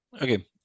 okay